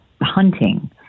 hunting